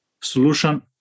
solution